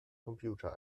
computer